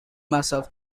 myself